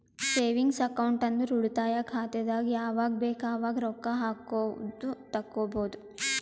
savings account ಅಂದುರ್ ಉಳಿತಾಯ ಖಾತೆದಾಗ್ ಯಾವಗ್ ಬೇಕ್ ಅವಾಗ್ ರೊಕ್ಕಾ ಹಾಕ್ಬೋದು ತೆಕ್ಕೊಬೋದು